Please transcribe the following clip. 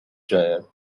drier